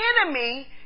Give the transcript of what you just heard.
enemy